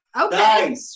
okay